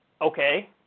Okay